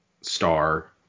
star